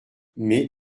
mais